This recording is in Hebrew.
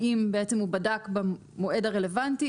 האם בעצם הוא בדק במועד הרלוונטי,